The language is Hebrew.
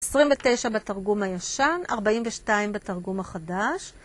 29 בתרגום הישן, 42 בתרגום החדש.